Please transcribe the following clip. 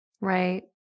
Right